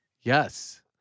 Yes